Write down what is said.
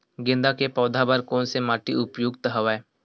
गेंदा के पौधा बर कोन से माटी उपयुक्त हवय?